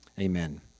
Amen